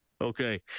Okay